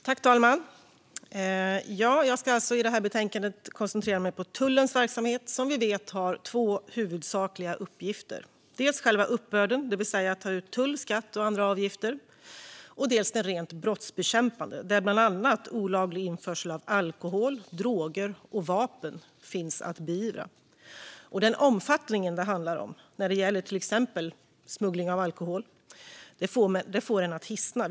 Fru talman! Jag ska i det här anförandet koncentrera mig på tullens verksamhet. Tullen har som vi vet två huvudsakliga uppgifter, dels själva uppbörden, det vill säga att ta ut tull, skatter och andra avgifter, dels den rent brottsbekämpande där bland annat olaglig införsel av alkohol, droger och vapen finns att beivra. Omfattningen av till exempel smuggling av alkohol får det att hisna.